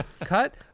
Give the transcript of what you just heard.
Cut